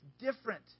different